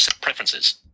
Preferences